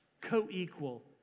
Co-equal